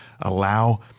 Allow